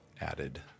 added